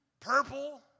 Purple